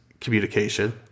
communication